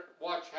watch